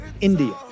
India